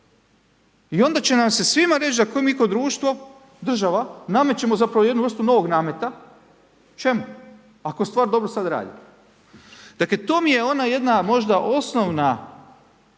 I onda će nam se svima reći da mi kao društvo, država namećemo zapravo jednu vrstu novog nameta. Čemu? Ako stvar dobro sada radi. Dakle to mi je ona jedna možda osnovna,